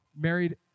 married